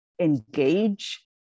engage